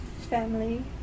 family